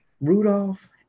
Rudolph